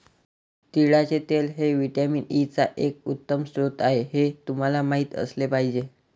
तिळाचे तेल हे व्हिटॅमिन ई चा एक उत्तम स्रोत आहे हे तुम्हाला माहित असले पाहिजे